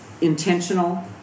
intentional